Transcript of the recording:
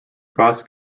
cross